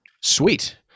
Sweet